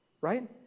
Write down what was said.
right